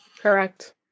Correct